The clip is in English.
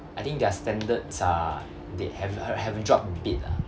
I think their standards ah they have have drop a bit lah